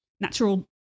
natural